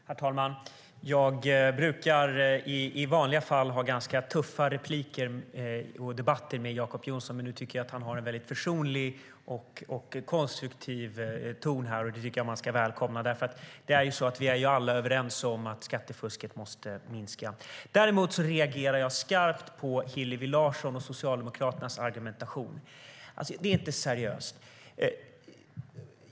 Herr talman! Jag brukar i vanliga fall ha ganska tuffa debatter med Jacob Johnson. Men nu har han en försonlig och konstruktiv ton, och det tycker jag att man ska välkomna. Vi är ju alla överens om att skattefusket måste minska. Däremot reagerar jag skarpt på Hillevi Larssons och Socialdemokraternas argumentation. Det är inte seriöst.